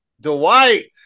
Dwight